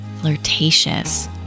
flirtatious